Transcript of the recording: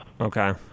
Okay